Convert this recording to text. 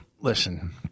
Listen